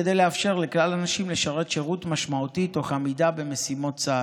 כדי לאפשר לכלל הנשים לשרת שירות משמעותי תוך עמידה במשימות צה"ל.